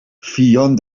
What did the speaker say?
ffion